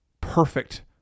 perfect